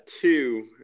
two –